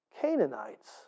Canaanites